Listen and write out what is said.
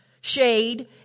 shade